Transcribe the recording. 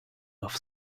off